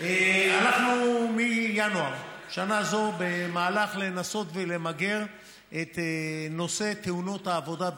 אנחנו מינואר שנה זו במהלך לנסות ולמגר את נושא תאונות העבודה,